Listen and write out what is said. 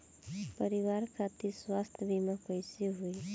परिवार खातिर स्वास्थ्य बीमा कैसे होई?